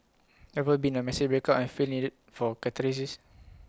ever been A messy breakup and feel needed for catharsis